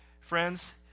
Friends